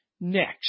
next